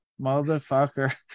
motherfucker